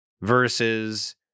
versus